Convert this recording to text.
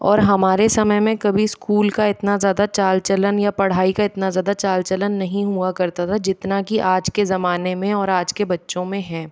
और हमारे समय मैं कभी स्कूल का इतना ज़्यादा चाल चलन या पढ़ाई का इतना ज़्यादा चाल चलन नहीं हुआ करता था जितना कि आज के जमाने में और आज के बच्चों में है